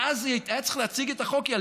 ואז היה צריך להציג את החוק.